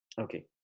Okay